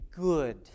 good